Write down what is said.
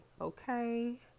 okay